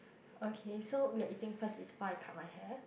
okay so we're eating first before I cut my hair